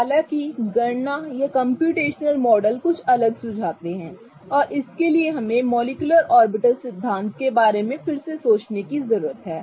हालांकि गणना या कम्प्यूटेशनल मॉडल कुछ अलग सुझाते हैं और इसके लिए हमें मॉलिक्युलर ऑर्बिटल सिद्धांत के बारे में फिर से सोचने की जरूरत है